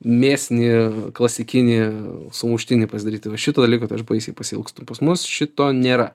mėsinį klasikinį sumuštinį pasidaryt tai vat šito dalyko tai aš baisiai pasiilgstu pas mus šito nėra